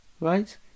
right